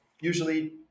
usually